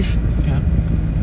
ya